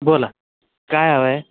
बोला काय हवं आहे